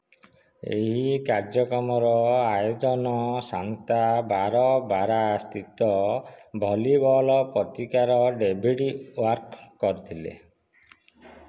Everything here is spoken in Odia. ଏହି କାର୍ଯ୍ୟକ୍ରମର ଆୟୋଜନ ସାନ୍ତା ବାରବାରା ସ୍ଥିତ ଭୋଲିବୋଲ୍ ପତ୍ରିକାର ଡେଭିଡ଼୍ ୱିକ୍ କରିଥିଲେ